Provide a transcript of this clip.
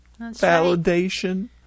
validation